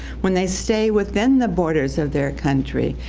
when they stay within the borders of their country,